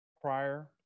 prior